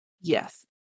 Yes